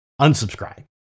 Unsubscribe